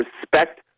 respect